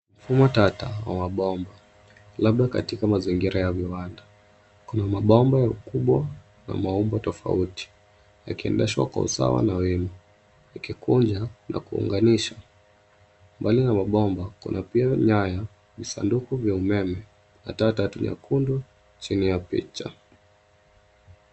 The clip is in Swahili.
Mfumo tata wa mabomba, labda katika mazingira ya viwanda. Kuna mabomba ya ukubwa na maumbo tofauti, yakiendeshwa kwa usawa na wima, yakikunja na kuunganisha. Mbali na mabomba kuna pia nyaya, visanduku vya umeme na taa tatu nyekundu chini ya picha.